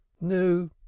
no